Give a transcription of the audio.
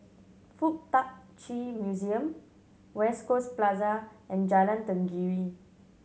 Fuk Tak Chi Museum West Coast Plaza and Jalan Tenggiri